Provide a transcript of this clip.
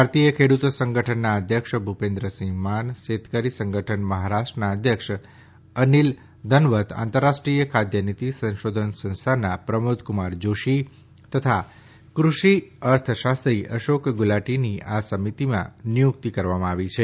ભારતીય ખેડૂત સંગઠનના અધ્યક્ષ ભૂપેન્દ્રસિંહ માન શેતકરી સંગઠન મહારાષ્ટ્રના અધ્યક્ષ અનિલ ધનવત આંતરરાષ્ટ્રીય ખાદ્યનીતી સંશોધન સંસ્થાના પ્રમોદક્રમાર જોશી તથા કૃષિ અર્થશાસ્ત્રી અશોક ગુલાટીની આ સમિતિમાં નિયુક્તિ કરવામાં આવી છે